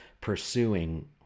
pursuing